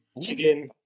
chicken